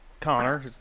Connor